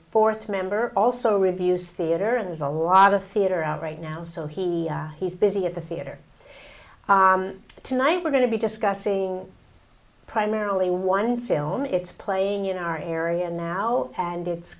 fourth member also reviews theater and there's a lot of theater out right now so he he's busy at the theater tonight we're going to be discussing primarily one film it's playing in our area now and it's